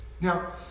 Now